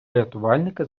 рятувальники